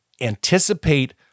anticipate